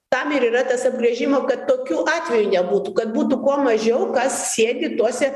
tam ir yra tas apibrėžimo kad tokių atvejų nebūtų kad būtų kuo mažiau kas sėdi tuose